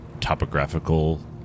topographical